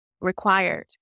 required